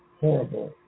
horrible